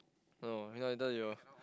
no cannot later you